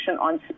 on